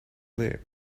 lip